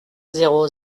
zéro